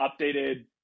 updated